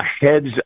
heads